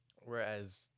Whereas